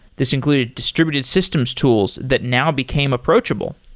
this included distributed systems tools that now became approachable.